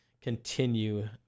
continue